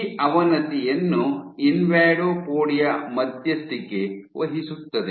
ಈ ಅವನತಿಯನ್ನು ಇನ್ವಾಡೋಪೊಡಿಯಾ ಮಧ್ಯಸ್ಥಿಕೆ ವಹಿಸುತ್ತದೆ